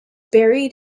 buried